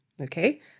okay